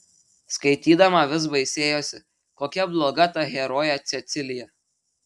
skaitydama vis baisėjosi kokia bloga ta herojė cecilija